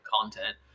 content